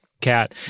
cat